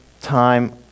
time